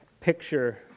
picture